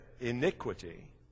iniquity